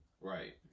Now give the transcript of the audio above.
Right